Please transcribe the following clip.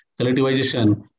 collectivization